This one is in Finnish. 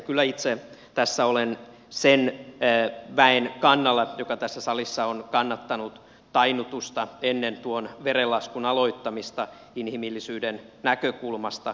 kyllä itse tässä olen sen väen kannalla joka tässä salissa on kannattanut tainnutusta ennen verenlaskun aloittamista inhimillisyyden näkökulmasta